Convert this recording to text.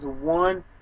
one